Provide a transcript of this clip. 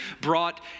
brought